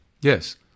Yes